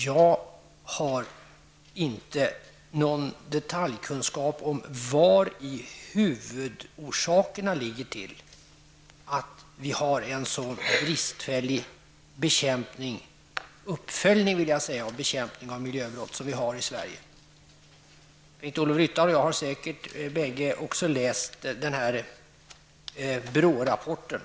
Jag har inte någon detaljkunskap om huvudorsakerna till att uppföljningen och bekämpningen av miljöbrotten är så bristfällig som den är i Sverige. Både Bengt-Ola Ryttar och jag har läst den här BRÅ-rapporten.